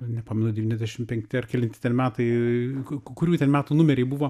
nepamenu devyniasdešimt penkti ar kelinti ten metai kurių ten metų numeriai buvo